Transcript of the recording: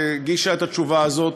שהגישה את התשובה הזאת,